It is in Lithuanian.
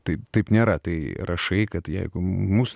taip taip nėra tai rašai kad jeigu mūsų